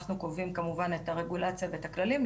אנחנו קובעים כמובן את הרגולציה ואת הכללים.